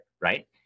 right